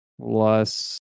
plus